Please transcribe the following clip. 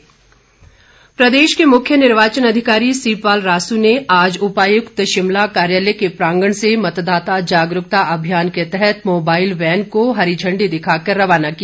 मुख्य निर्वाचन अधिकारी प्रदेश के मुख्य निर्वाचन अधिकारी सीपालरासू ने आज उपायुक्त शिमला कार्यालय के प्रांगण से मतदाता जागरूकता अभियान के तहत मोबाईल वैन को हरि झण्डी दिखाकर रवाना किया